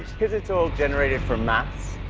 because it's all generated from math,